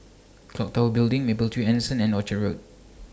Clock Tower Building Mapletree Anson and Orchard Road